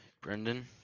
Brendan